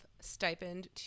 stipend